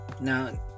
now